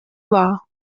war